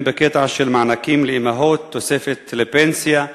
אם בקטע של מענקים לאמהות, תוספת לפנסיה,